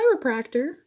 chiropractor